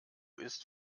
ist